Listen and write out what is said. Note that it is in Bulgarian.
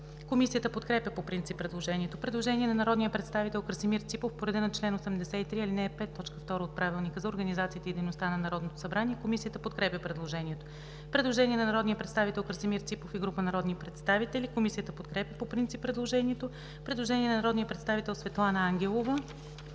Комисията подкрепя по принцип предложението. Предложение на народния представител Красимир Ципов по реда на чл. 83, ал. 5, т. 2 от Правилника за организацията и дейността на Народното събрание. Комисията подкрепя предложението. Предложение от народния представител Красимир Ципов и група народни представители. Комисията подкрепя по принцип предложението. Предложение на народния представител Светлана Ангелова.